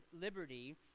liberty